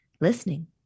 listening